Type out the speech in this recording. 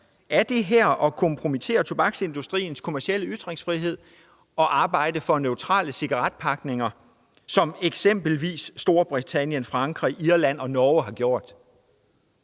Er det at kompromittere tobaksindustriens kommercielle ytringsfrihed at arbejde for neutrale cigaretpakker, som eksempelvis Storbritannien, Frankrig, Irland og Norge har indført?